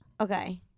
Okay